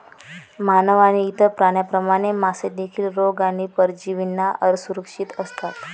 मानव आणि इतर प्राण्यांप्रमाणे, मासे देखील रोग आणि परजीवींना असुरक्षित असतात